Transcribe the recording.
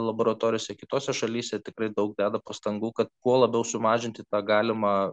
laboratorijose kitose šalyse tikrai daug deda pastangų kad kuo labiau sumažinti tą galimą